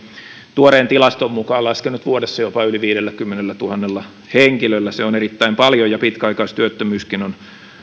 tuoreen tilaston mukaan laskenut vuodessa jopa yli viidelläkymmenellätuhannella henkilöllä se on erittäin paljon pitkäaikaistyöttömyyskin on